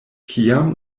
kiam